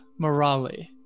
Morali